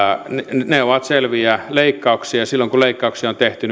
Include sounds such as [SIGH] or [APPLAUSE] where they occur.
ne ovat selviä leikkauksia ja silloin kun leikkauksia on tehty [UNINTELLIGIBLE]